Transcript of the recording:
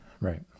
right